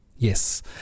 Yes